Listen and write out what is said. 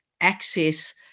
access